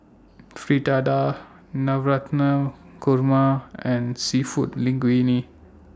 Fritada Navratan Korma and Seafood Linguine